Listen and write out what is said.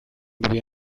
vivió